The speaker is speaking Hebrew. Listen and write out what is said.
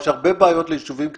יש הרבה בעיות ליישובים קטנים,